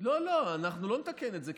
לא, לא, אנחנו לא נתקן את זה.